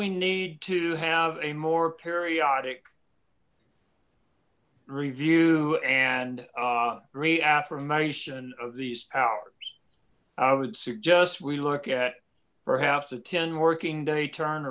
we need to have a more periodic review and reaffirm a of these powers i would suggest we look at perhaps a ten working day turn